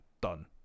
done